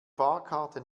fahrkarte